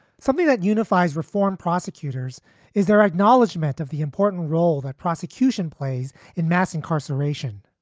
something that unifies reform prosecutors is their acknowledgement of the important role that prosecution plays in mass incarceration.